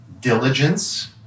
diligence